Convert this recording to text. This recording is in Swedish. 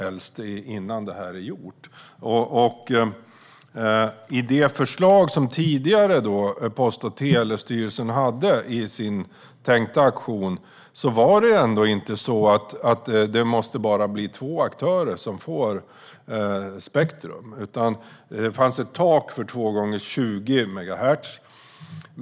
Post och telestyrelsens tidigare förslag gällande sin tänkta auktion var inte att det måste vara bara två aktörer som skulle få spektrum, utan det fanns ett tak på 2 gånger 20 megahertz.